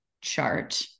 chart